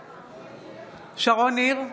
נגד שרון ניר,